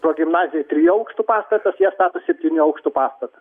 progimnazija trijų aukštų pastatas jie stato septynių aukštų pastatą